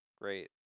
Great